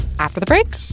after the break,